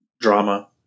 drama